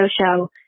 show